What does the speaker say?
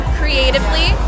creatively